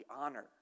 honor